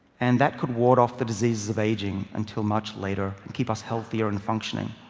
and that could ward off the diseases of aging until much later and keep us healthier and functioning.